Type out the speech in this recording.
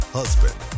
husband